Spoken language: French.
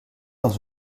dans